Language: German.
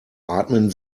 atmen